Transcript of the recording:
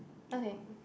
okay